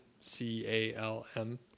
C-A-L-M